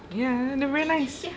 ya they very nice